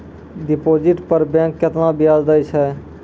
Deposit पर bank केतना ब्याज दै छै?